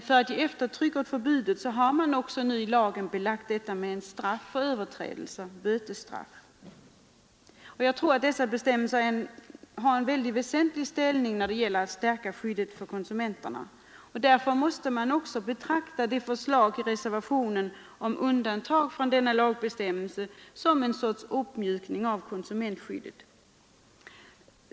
För att ge eftertryck åt förbudet har man i lagen också belagt överträdelser med bötesstraff. Dessa bestämmelser är väsentliga när det gäller att stärka skyddet för konsumenterna. Därför måste man betrakta ett undantag från denna lagbestämmelse som en uppmjukning av konsumentskyddet.